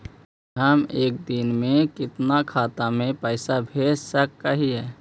हम एक दिन में कितना खाता में पैसा भेज सक हिय?